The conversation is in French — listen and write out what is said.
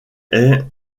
est